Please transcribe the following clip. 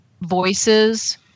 voices